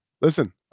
listen